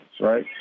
right